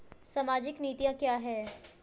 सामाजिक नीतियाँ क्या हैं?